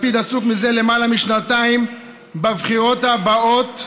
לפיד עסוק זה למעלה משנתיים בבחירות הבאות,